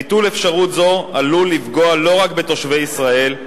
ביטול אפשרות זו עלול לפגוע לא רק בתושבי ישראל,